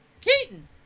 Keaton